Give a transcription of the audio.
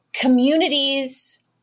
communities